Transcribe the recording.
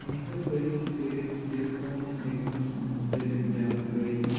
مہربٲنی کٔرِتھ دِ سونو نِگمس مُتعلق جانکٲری